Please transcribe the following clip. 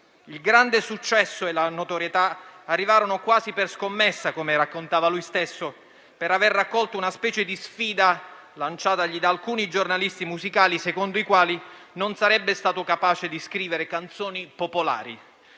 Il grande successo e la notorietà arrivarono quasi per scommessa - come raccontava lui stesso - per aver raccolto una specie di sfida lanciatagli da alcuni giornalisti musicali, secondo i quali non sarebbe stato capace di scrivere canzoni popolari.